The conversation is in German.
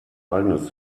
eigenes